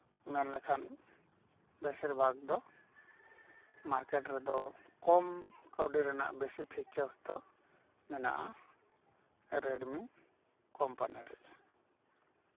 ᱢᱮᱱ ᱞᱮᱠᱷᱟᱱ ᱵᱮᱥᱤᱨᱵᱷᱟᱜᱽ ᱫᱚ ᱢᱟᱨᱠᱮᱴ ᱨᱮᱫᱚ ᱠᱚᱢ ᱠᱟᱹᱣᱰᱤ ᱨᱮᱱᱟᱜ ᱵᱮᱥᱤ ᱯᱷᱤᱪᱟᱨᱥ ᱫᱚ ᱢᱮᱱᱟᱜᱼᱟ ᱨᱮᱰᱢᱤ ᱠᱳᱢᱯᱟᱱᱤ ᱨᱮᱜᱮ